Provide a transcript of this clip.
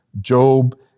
Job